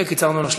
סדר-היום: